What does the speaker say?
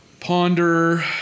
ponder